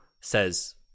says